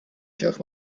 took